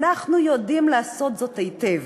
אנחנו יודעים לעשות זאת היטב.